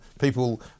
people